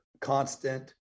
constant